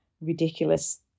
ridiculous